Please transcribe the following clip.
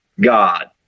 God